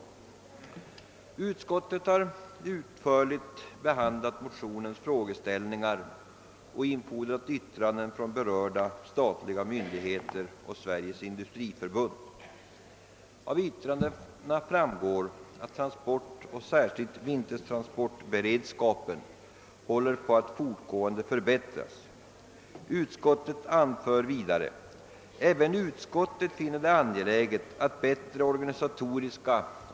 Utskottet har utförligt behandlat motionens frågeställningar och infordrat yttranden från berörda statliga myndigheter och från Sveriges industriförbund. Av yttrandena framgår att särskilt vintertransportberedskapen fortgående förbättras. Utskottet anför vidare: »Ääven utskottet finner det angeläget att bättre organisatoriska .